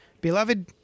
beloved